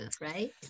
right